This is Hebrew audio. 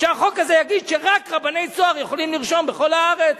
שיגיד שרק רבני "צהר" יכולים לרשום בכל הארץ?